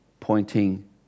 Pointing